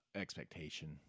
expectation